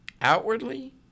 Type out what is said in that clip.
Outwardly